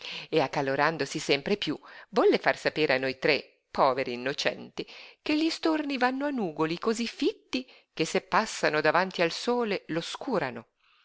e accalorandosi sempre piú volle far sapere a noi tre poveri innocenti che gli storni vanno a nugoli cosí fitti che se passano davanti al sole l'oscurano